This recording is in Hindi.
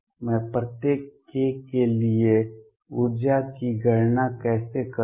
मैं प्रत्येक k के लिए ऊर्जा की गणना कैसे करूं